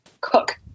cook